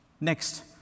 Next